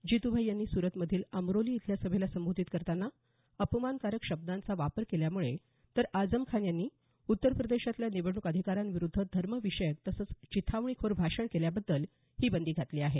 जितुभाई यांनी सुरत मधील अमरोली इथंल्या सभेला संबोधित करतांना अपमानाकारक शब्दांचा वापर केल्यामुळे तर आजमखान यांनी उत्तर प्रदेशातल्या निवडणूक अधिकाऱ्यांविरूद्ध धर्मविषयक तसंच चिथावणीखोर भाषण केल्याबद्दल ही बंदी घातली आहे